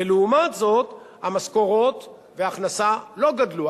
ולעומת זאת, המשכורות וההכנסה לא גדלו.